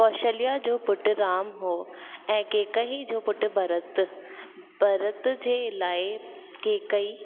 कौशल्या जो पुटु राम हुओ ऐं केकई जो पुटु भरत भरत जे लाइ केकई